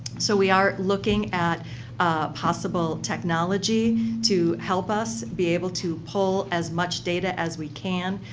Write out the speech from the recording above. so, we are looking at possible technology to help us be able to pull as much data as we can